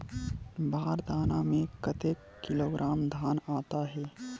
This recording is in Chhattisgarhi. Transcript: बार दाना में कतेक किलोग्राम धान आता हे?